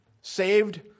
Saved